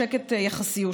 בשקט יחסי,